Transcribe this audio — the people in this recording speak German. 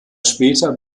später